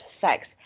Sex